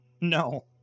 No